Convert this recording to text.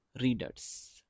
readers